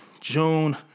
June